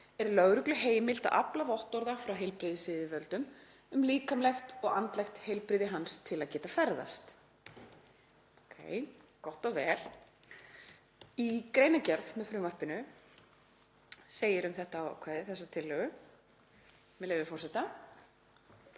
er lögreglu heimilt að afla vottorða frá heilbrigðisyfirvöldum um líkamlegt og andlegt heilbrigði hans til að geta ferðast.“ Gott og vel. Í greinargerð með frumvarpinu segir um þetta ákvæði, þessa tillögu, með leyfi forseta: